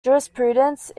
jurisprudence